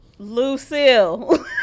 Lucille